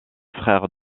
frère